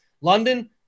London